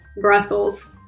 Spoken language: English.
Brussels